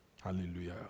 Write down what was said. Hallelujah